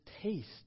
taste